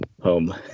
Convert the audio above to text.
home